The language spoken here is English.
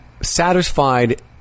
satisfied